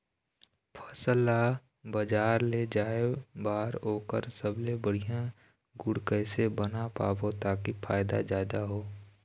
फसल ला बजार ले जाए बार ओकर सबले बढ़िया गुण कैसे बना पाबो ताकि फायदा जादा हो?